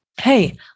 Hey